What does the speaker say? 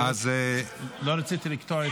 לא רציתי לקטוע,